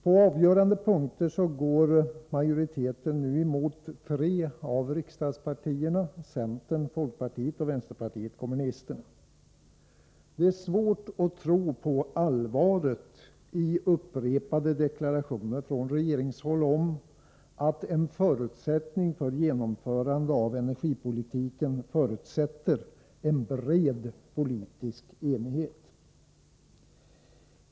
På avgörande punkter går majoriteten nu emot tre av riksdagspartierna, nämligen centern, folkpartiet och vänsterpartiet kommunisterna. Det är svårt att tro på allvaret i upprepade deklarationer från regeringshåll om att en förutsättning för genomförande av energipolitiken är bred politisk enighet.